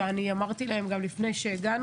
אני גם אמרתי להם לפני שהגענו,